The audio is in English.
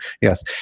yes